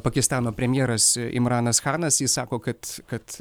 pakistano premjeras imranas chanas jis sako kad kad